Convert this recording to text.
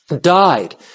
died